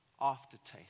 aftertaste